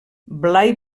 blai